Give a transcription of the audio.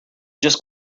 just